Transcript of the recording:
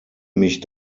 mich